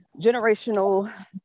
generational